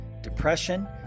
depression